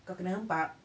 kau kena hempap